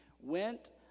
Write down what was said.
went